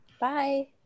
Bye